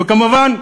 וכמובן,